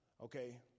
okay